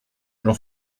j’en